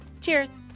Cheers